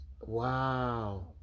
Wow